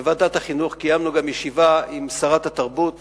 קיימנו בוועדת החינוך ישיבה עם שרת התרבות